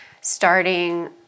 starting